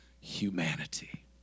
humanity